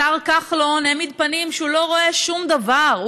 השר כחלון העמיד פנים שהוא לא רואה שום דבר.